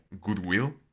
goodwill